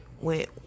went